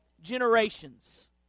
generations